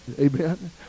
Amen